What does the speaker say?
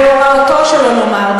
ובהוראתו, שלא לומר.